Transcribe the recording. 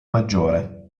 maggiore